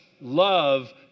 love